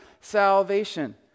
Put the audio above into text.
salvation